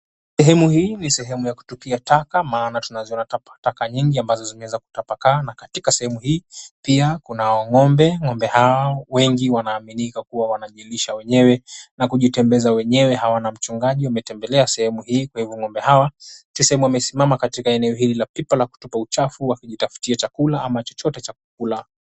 Sehemu hiibni sehemu ya kutupia taka maana tunaziona takataka nyingi zilizotapakaa sehemu hii pia kuna ngombe ngombe hawa wanaaminika kuwa wanajilisha mwenyewe hanana mchungaji zimetembelea sehemu hiyo ngombe hawa tuseme wamesimamia katika eneo hilo la pipa wakijitafutia chakula ama chochote cha kukula.